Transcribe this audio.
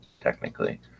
technically